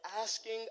asking